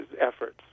efforts